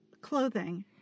clothing